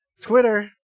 twitter